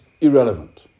irrelevant